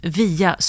via